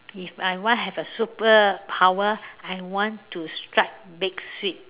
if I want have a superpower I want to strike big sweep